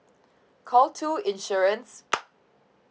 call two insurance